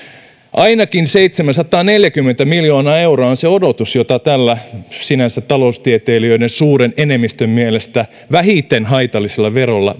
ainakin seitsemänsataaneljäkymmentä miljoonaa euroa on se odotus jota tällä sinänsä taloustieteilijöiden suuren enemmistön mielestä vähiten haitallisella verolla